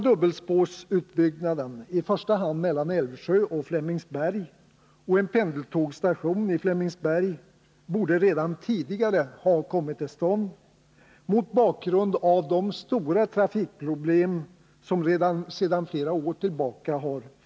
Dubbelspårsutbyggnaden, i första hand mellan Älvsjö och Flemingsberg, och en pendeltågsstation i Flemingsberg borde redan tidigare ha kommit till stånd mot bakgrund av de stora trafikproblem som finns sedan flera år tillbaka.